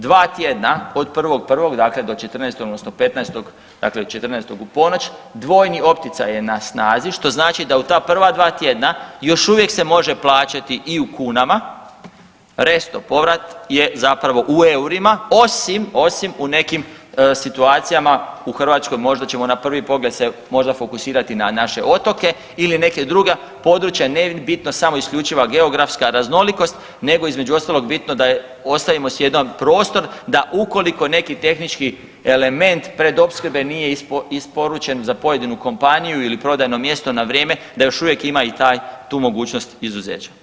Dva tjedna od 1.1., dakle do 14., odnosno 15., dakle 14. u ponoć, dvojni opticaj je na snazi, što znači da u ta prva 2 tjedna još uvijek se može plaćati i u kunama, resto povrat je zapravo u eurima, osim, osim u nekim situacijama u Hrvatskoj, možda ćemo na prvi pogled se možda fokusirati na naše otoke ili neka druga područja, ne bitno samo isključiva geografska raznolikost, nego, između ostalog, bitno da je, ostavimo si jedan prostor da ukoliko neki tehnički element predopskrbe nije isporučen za pojedinu kompaniju ili prodajno mjesto na vrijeme, da još uvijek ima i taj, tu mogućnost izuzeća.